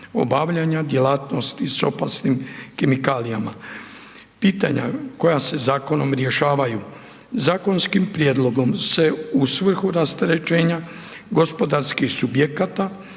obavljanja djelatnosti s opasnim kemikalijama. Pitanja koja se zakonom rješavaju, zakonskim prijedlogom se u svrhu rasterećenja gospodarskih subjekata,